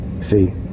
see